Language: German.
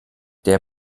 der